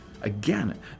Again